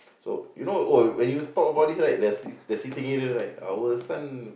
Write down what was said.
so you know oh when you talk about this the the city gainer right our son